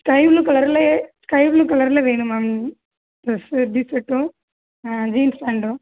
sky blue கலர்ல sky blue கலர்ல வேணும் மேம் ட்ரெஸ் டீ சர்ட்டும் ஜீன்ஸ் பேண்ட்டும்